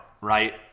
right